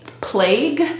plague